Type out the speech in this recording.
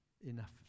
enough